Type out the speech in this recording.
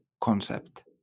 concept